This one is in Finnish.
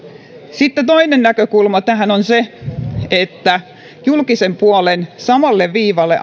sitten toinen näkökulma tähän on julkisen puolen asettaminen samalle viivalle